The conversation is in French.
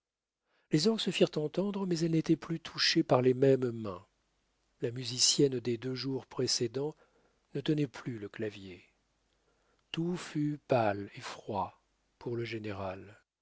les orgues se firent entendre mais elles n'étaient plus touchées par les mêmes mains la musicienne des deux jours précédents ne tenait plus le clavier tout fut pâle et froid pour le général